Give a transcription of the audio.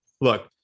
look